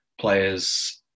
players